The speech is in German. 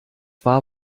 war